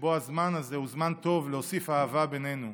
שבו הזמן הזה הוא טוב להוסיף אהבה בינינו.